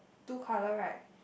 two colour right